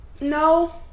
No